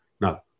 No